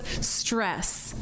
stress